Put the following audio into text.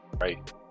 right